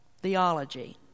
theology